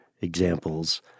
examples